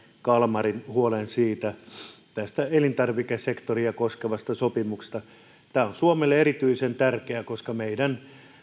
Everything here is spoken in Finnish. kalmarin huolen tästä elintarvikesektoria koskevasta sopimuksesta tämä on suomelle erityisen tärkeä koska meidän